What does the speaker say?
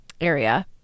area